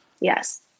Yes